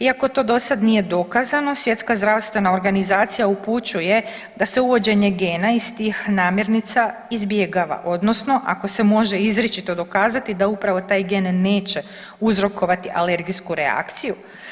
Iako to do sada nije dokazano, Svjetska zdravstvena organizacija upućuje da se uvođenje gena iz tih namirnica izbjegava odnosno ako se može izričito dokazati da upravo taj gen neće uzrokovati alergijsku reakciju.